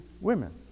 women